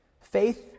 Faith